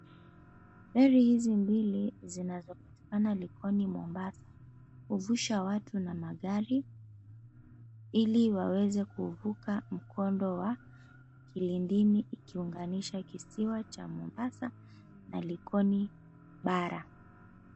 Meli hizi mbili zinazopatikana likoni mombasa, huvusha watu na magari ili waweze kuvuka ukondo wa kilindini ikiunganisha kisiwa cha mombasa na likoni bara.